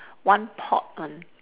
one pot one